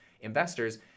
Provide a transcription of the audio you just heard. investors